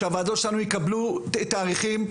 שהוועדות שלנו יקבלו תאריכים,